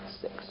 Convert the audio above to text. six